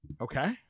Okay